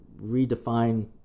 redefine